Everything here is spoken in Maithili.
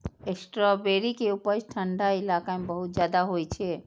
स्ट्राबेरी के उपज ठंढा इलाका मे बहुत ज्यादा होइ छै